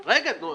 תחרות.